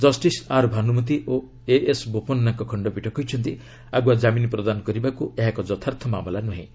justice R Bhanumathi ଓ AS ବୋପନ୍ନାଙ୍କ ଖଣ୍ଡପୀଠ କହିଛନ୍ତି ଆଗୁଆ ଜାମିନ୍ ପ୍ରଦାନ କରିବାକୁ ଏହା ଏକ ଯଥାର୍ଥ ମାମଲା ନୁହେଁ